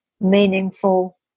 meaningful